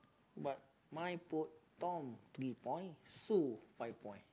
but my put Tom three point Sue five point